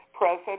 present